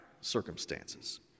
circumstances